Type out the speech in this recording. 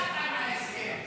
מי חתם על ההסכם?